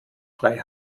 frei